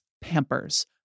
Pampers